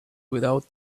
without